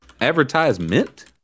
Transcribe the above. Advertisement